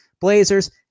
Blazers